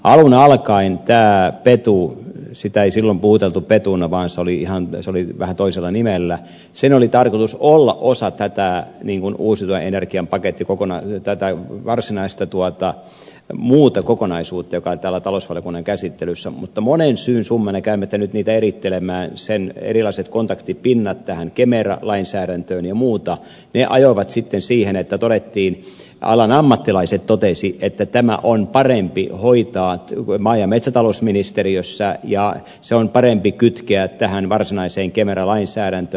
alun alkaen tämän petun sitä ei silloin puhuteltu petuna vaan se oli vähän toisella nimellä oli tarkoitus olla osa käyttää niin on uusina energian paketti kokonaan lentää tai tätä varsinaista muuta kokonaisuutta joka on täällä talousvaliokunnan käsittelyssä mutta monen syyn summana käymättä niitä nyt erittelemään sen erilaiset kontaktipinnat tähän kemera lainsäädäntöön ja muut ajoivat sitten siihen että alan ammattilaiset totesivat että tämä on parempi hoitaa maa ja metsätalousministeriössä ja se on parempi kytkeä tähän varsinaiseen kemera lainsäädäntöön